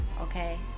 okay